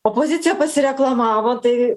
opozicija pasireklamavo tai